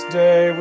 day